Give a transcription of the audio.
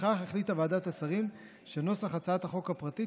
לפיכך החליטה ועדת השרים שנוסח הצעת החוק הפרטית